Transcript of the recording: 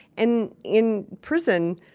and in prison,